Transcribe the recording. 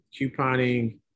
Couponing